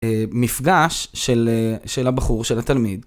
מפגש של הבחור, של התלמיד,